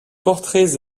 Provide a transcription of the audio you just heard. portraits